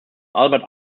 albert